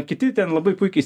kiti ten labai puikiai